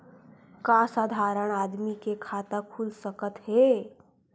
का साधारण आदमी के खाता खुल सकत हे?